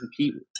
compete